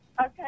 Okay